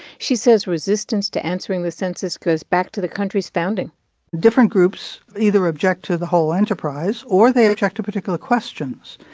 she says resistance to answering the census goes back to the country's founding different groups either object to the whole enterprise, or they attract particular questions.